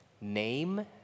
name